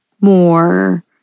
more